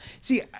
See